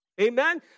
Amen